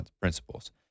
principles